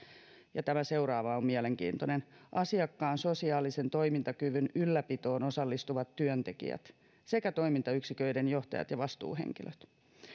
ja tämä seuraava on mielenkiintoinen muut vastaavat asiakkaan sosiaalisen toimintakyvyn ylläpitoon osallistuvat työntekijät sekä toimintayksiköiden johtajat ja vastuuhenkilöt